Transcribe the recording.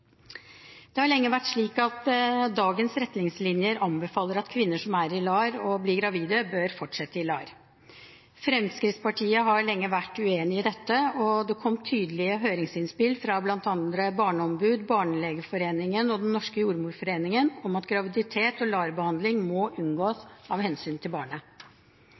Det har lenge vært slik at dagens retningslinjer anbefaler at kvinner som er i LAR og blir gravide, bør fortsette i LAR. Fremskrittspartiet har lenge vært uenig i dette, og det kom tydelige høringsinnspill fra bl.a. Barneombudet, Barnelegeforeningen og Den norske jordmorforening om at graviditet og LAR-behandling må unngås av hensyn til barnet.